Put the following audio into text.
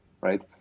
right